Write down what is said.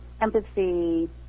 empathy